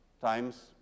times